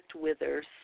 withers